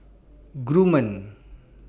Gourmet